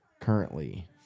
currently